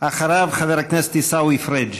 אחריו, חבר הכנסת עיסאווי פריג'.